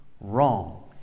wrong